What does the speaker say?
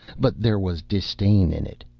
but there was disdain in it.